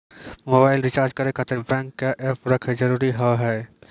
Mobile recharge करे खातिर bank के ऐप रखे जरूरी हाव है?